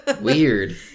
Weird